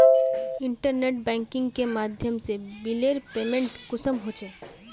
Internet banking के माध्यम से बिलेर पेमेंट कुंसम होचे?